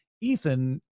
ethan